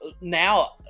now